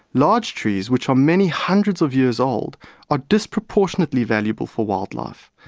large trees which are many hundreds of years old are disproportionately valuable for wildlife.